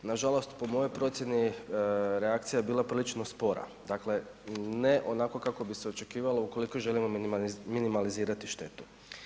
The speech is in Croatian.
Nažalost po mojoj procjeni reakcija je bila prilično spora, dakle ne onako kako bi se očekivalo ukoliko želimo minimalizirati štetu.